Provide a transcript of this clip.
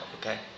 Okay